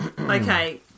Okay